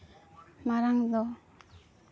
ᱢᱟᱲᱟᱝ ᱫᱚ